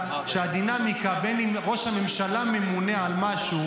שהדינמיקה בין אם ראש הממשלה ממונה על משהו